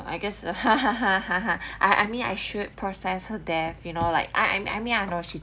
I guess I I mean I should process her death you know like I I mean I know she